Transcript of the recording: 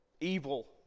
evil